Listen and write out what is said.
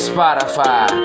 Spotify